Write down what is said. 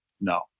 no